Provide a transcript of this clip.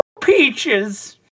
peaches